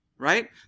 right